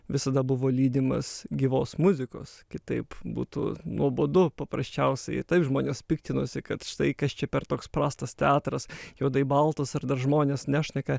visada buvo lydimas gyvos muzikos kitaip būtų nuobodu paprasčiausiai taip žmonės piktinosi kad štai kas čia per toks prastas teatras juodai baltas ir dar žmonės nešneka